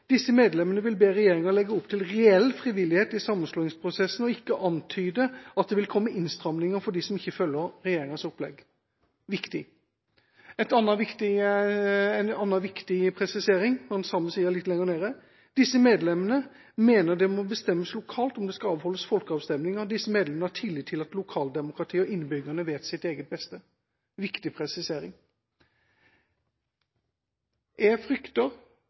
vil be regjeringen legge opp til reell frivillighet i sammenslåingsprosessen, og ikke antyde at det vil komme innstramminger for de som ikke følger regjeringens opplegg.» Det er viktig. En annen viktig presisering fra litt lenger nede på den samme sida er: «Disse medlemmer mener det må bestemmes lokalt om det skal avholdes folkeavstemminger. Disse medlemmene har tillit til at lokaldemokratiet og innbyggerne vet sitt eget beste.» Det er en viktig presisering. Jeg frykter